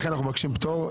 לכן אנחנו מבקשים פטור.